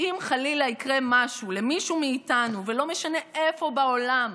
שאם חלילה יקרה משהו למישהו מאיתנו ולא משנה איפה בעולם,